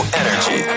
energy